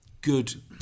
Good